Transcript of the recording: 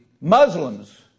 Muslims